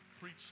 Preach